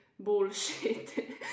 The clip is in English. bullshit